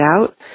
out